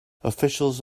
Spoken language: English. officials